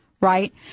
right